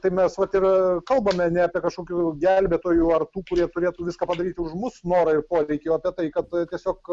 tai mes vat ir kalbame ne apie kažkokių gelbėtojų ar tų kurie turėtų viską padaryti už mus norą ir poreikį o apie tai kad tai tiesiog